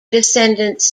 descendants